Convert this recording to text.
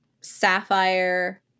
sapphire